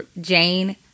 Jane